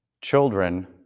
children